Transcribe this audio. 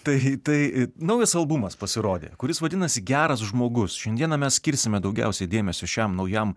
tai naujas albumas pasirodė kuris vadinasi geras žmogus šiandieną mes skirsime daugiausiai dėmesio šiam naujam